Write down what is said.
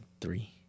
three